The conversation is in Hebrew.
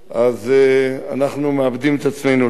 אז אנחנו מאבדים את עצמנו לדעת.